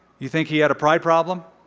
you think he had a pride problem?